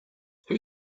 who